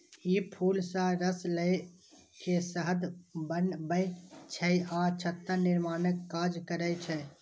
ई फूल सं रस लए के शहद बनबै छै आ छत्ता निर्माणक काज करै छै